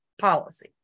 policy